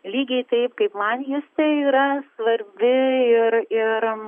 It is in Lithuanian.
lygiai taip kaip man justė yra svarbi ir ir